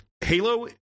Halo